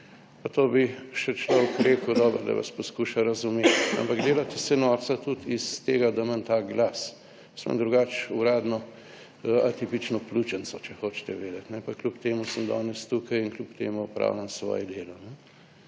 to bi še človek rekel, dobro, da vas poskuša razumeti, ampak delate se norca tudi iz tega, da imam ta glas. Jaz imam drugače uradno atipično pljučnico, če hočete vedeti, pa kljub temu sem danes tukaj in kljub temu opravljam svoje delo.